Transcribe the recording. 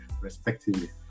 respectively